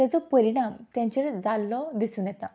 ताजो परिणाम तांचेर जाल्लो दिसून येता